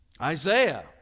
Isaiah